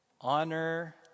Honor